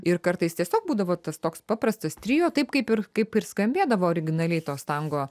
ir kartais tiesiog būdavo tas toks paprastas trio taip kaip ir kaip ir skambėdavo originaliai tos tango